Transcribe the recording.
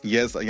Yes